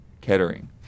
kettering